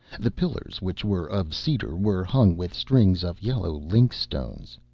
the pillars, which were of cedar, were hung with strings of yellow lynx-stones.